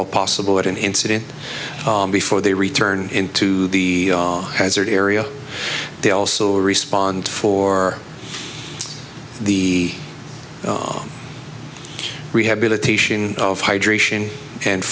all possible at an incident before they return into the hazard area they also respond for the rehabilitation of hydration and